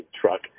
truck